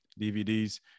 DVDs